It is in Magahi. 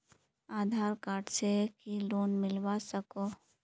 आधार कार्ड से की लोन मिलवा सकोहो?